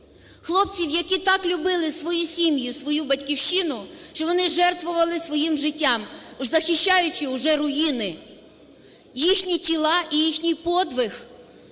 хлопців, хлопців, які так любили свої сім'ї, свою Батьківщину, що вони жертвували своїм життям, захищаючи уже руїни. Їхні тіла і їхній подвиг